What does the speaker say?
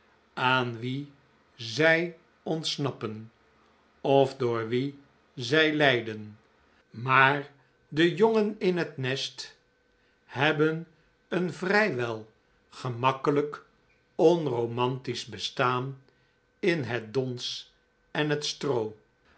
aan wie zij ontsnappen of door wie zij lijden maar de jongen in het nest hebben een vrijwel gemakkelijk onromantisch bestaan in het dons en het stroo